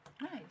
Nice